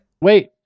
Wait